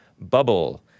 bubble